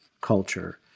culture